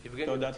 תודה.